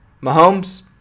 Mahomes